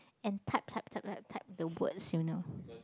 and type type type type type the words you know